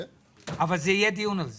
יהיה דיון על זה.